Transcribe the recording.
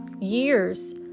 years